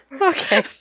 Okay